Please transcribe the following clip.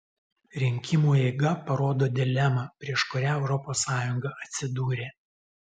rinkimų eiga parodo dilemą prieš kurią europos sąjunga atsidūrė